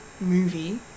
movie